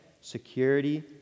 security